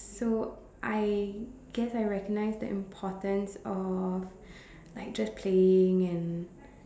so I guess I recognize the importance of like just playing and